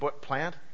plant